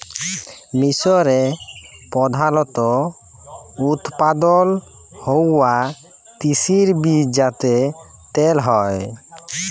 মিসরে প্রধালত উৎপাদল হ্য়ওয়া তিসির বীজ যাতে তেল হ্যয়